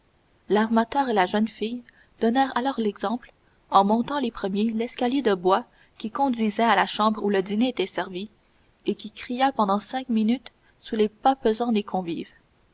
l'armateur et la jeune fille donnèrent alors l'exemple en montant les premiers l'escalier de bois qui conduisait à la chambre où le dîner était servi et qui cria pendant cinq minutes sous les pas pesants des convives